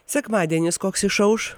sekmadienis koks išauš